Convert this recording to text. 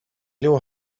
your